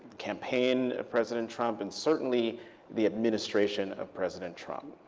campaign of president trump and certainly the administration of president trump